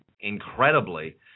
Incredibly